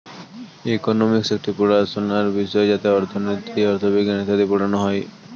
economics একটি পড়াশোনার বিষয় যাতে অর্থনীতি, অথবিজ্ঞান ইত্যাদি পড়ানো হয়